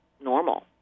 normal